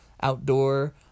outdoor